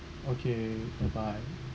okay bye bye